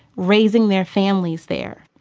raising their families there.